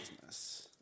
business